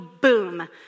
boom